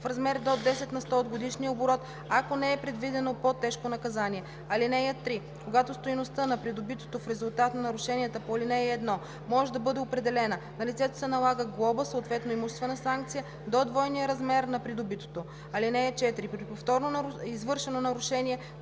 в размер до 10 на сто от годишния оборот, ако не е предвидено по-тежко наказание. (3) Когато стойността на придобитото в резултат на нарушенията по ал. 1 може да бъде определена, на лицето се налага глоба, съответно имуществена санкция, до двойния размер на придобитото. (4) При повторно извършено нарушение